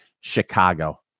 Chicago